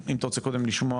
אם אתה רוצה קודם לשמוע